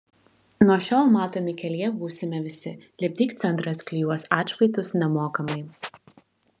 nuo šiol matomi kelyje būsime visi lipdyk centras klijuos atšvaitus nemokamai